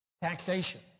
Taxation